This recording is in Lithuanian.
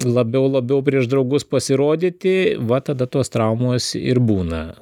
labiau labiau prieš draugus pasirodyti va tada tos traumos ir būna